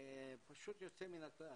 פשוט יוצא מן הכלל.